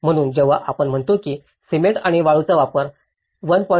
म्हणून जेव्हा आपण म्हणतो की सिमेंट आणि वाळूचा वापर 1